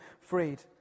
freed